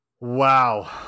Wow